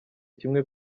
kimwe